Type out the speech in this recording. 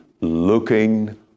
looking